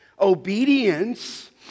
Obedience